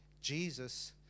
Jesus